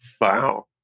Wow